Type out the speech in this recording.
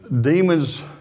Demons